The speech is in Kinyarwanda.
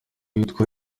witwa